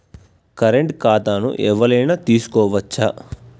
Current ఖాతాను ఎవలైనా తీసుకోవచ్చా?